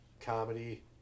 comedy